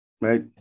right